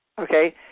okay